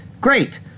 Great